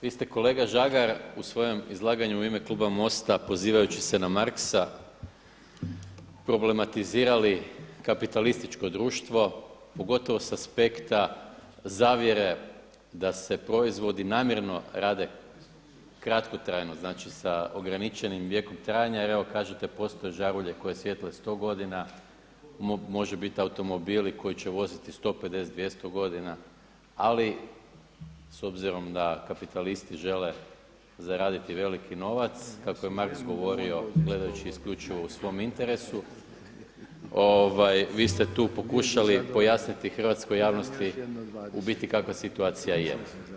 Vi ste kolega Žagar u svom izlaganju u ime kluba MOST-a pozivajući se na Marxa problematizirali kapitalističko društvo pogotovo sa aspekta zavjere da se proizvodi namjerno rade kratkotrajno znači sa ograničenim vijekom trajanja jer evo postoje žarulje koje svijetle 100 godina, može biti automobili koji će voziti 150, 200 godina, ali s obzirom da kapitalisti žele zaraditi veliki novac, kako je Marx govorio gledajući isključivo u svom interesu vi ste tu pokušali pojasniti hrvatskoj javnosti u biti kakva situacije je.